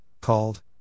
called